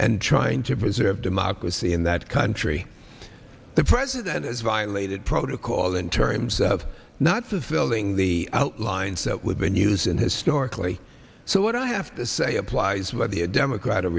and trying to preserve democracy in that country the president has violated protocol in terms of not fulfilling the outlines that we've been using historically so what i have to say applies whether you're democrat or